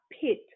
pit